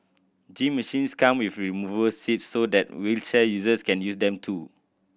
gym machines come with removable seats so that wheelchair users can use them too